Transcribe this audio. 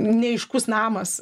neaiškus namas